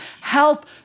Help